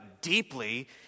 deeply